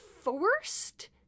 forced